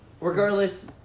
Regardless